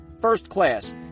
FIRSTCLASS